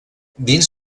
dins